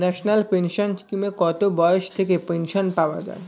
National pension স্কিমে কত বয়স থেকে পেনশন পাওয়া যায়?